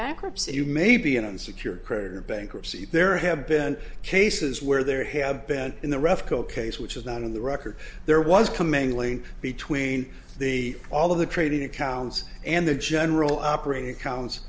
bankruptcy you may be an unsecured credit in bankruptcy there have been cases where there have been in the refco case which is not in the record there was coming link between the all of the trading accounts and the general operating accounts